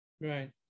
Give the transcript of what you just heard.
Right